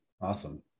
awesome